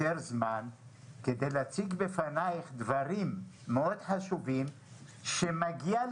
זמן כדי להציג בפנייך דברים מאוד חשובים שמגיעים